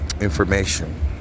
information